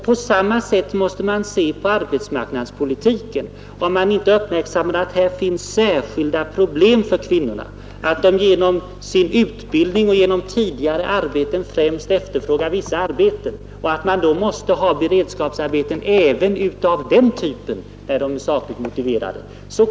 På samma sätt måste vi se på arbetsmarknadspolitiken. Vi kommer att göra fel, om vi inte uppmärksammar att kvinnorna genom sin utbildning och genom tidigare arbetsuppgifter främst efterfrågar vissa arbeten. Vi måste därför ha även den typen av beredskapsarbeten, när det är sakligt motiverat.